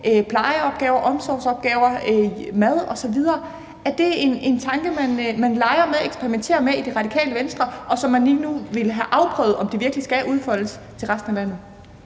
plejeopgaver, omsorgsopgaver, mad osv. Er det en tanke, man leger med og eksperimenterer med i Det Radikale Venstre, og som man lige nu vil have afprøvet om virkelig skal udfoldes til resten af landet?